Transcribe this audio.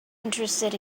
interested